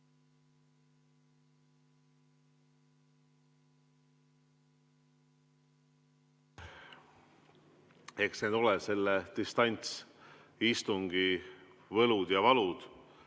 Eks need ole selle distantsistungi võlud ja valud.